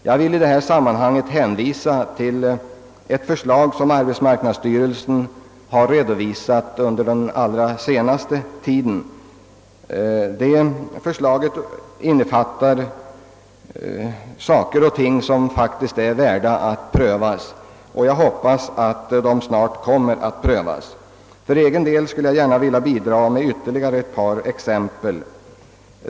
Jag vill i detta sammanhang hänvisa till ett förslag som arbetsmarknadsstyrelsen för kort tid sedan redovisat och vilket innefattar saker och ting som faktiskt är värda att prövas och som jag hoppas också snart kommer att prövas. För egen del vill jag bidraga med ytterligare ett par exempel.